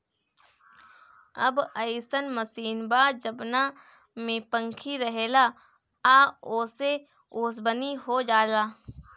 अब अइसन मशीन बा जवना में पंखी रहेला आ ओसे ओसवनी हो जाला